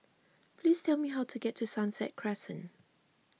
please tell me how to get to Sunset Crescent